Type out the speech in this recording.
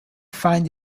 find